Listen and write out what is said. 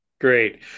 Great